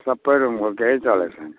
सबै रुमको केही चलेको छैन